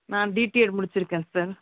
நான் பிடிஏட் முடிச்சிருக்கேன் சார்